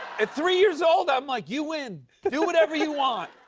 at three years old, i'm like, you win. do whatever you want.